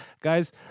Guys